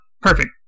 Perfect